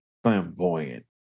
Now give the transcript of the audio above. flamboyant